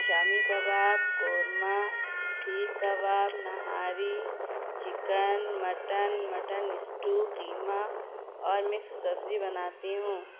شامی kebab korma seekh kebab nihari chicken mutton mutton stew keema اور mix سبزی بناتی ہوں